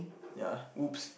yeah whoops